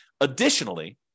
Additionally